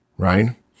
right